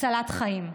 הצלת חיים.